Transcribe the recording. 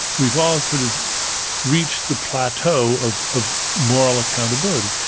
we've all sort of reached the plateau of of moral accountability.